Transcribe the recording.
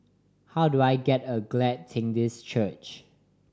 how do I get a Glad Tidings Church